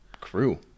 crew